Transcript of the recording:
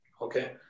okay